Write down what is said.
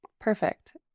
Perfect